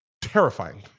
terrifying